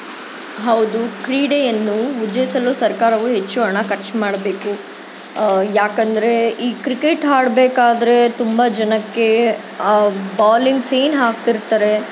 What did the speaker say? ಹೌದು ಕ್ರೀಡೆಯನ್ನು ಉತ್ತೇಜ್ಸಲು ಸರ್ಕಾರವು ಹೆಚ್ಚು ಹಣ ಖರ್ಚು ಮಾಡಬೇಕು ಯಾಕಂದರೆ ಈ ಕ್ರಿಕೆಟ್ ಆಡ್ಬೇಕಾದ್ರೆ ತುಂಬ ಜನಕ್ಕೆ ಬಾಲಿಂಗ್ ಸೀನ್ ಹಾಕ್ತಿರ್ತಾರೆ